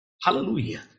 Hallelujah